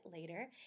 later